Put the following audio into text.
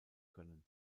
können